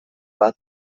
bat